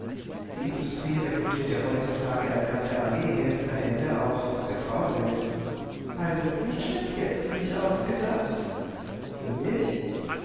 die industrie rekrutiert ja heutzutage eine ganze armee helfender kräfte auch aus der frauenwelt also nicht speziell für dich ausgedacht für mich